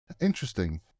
interesting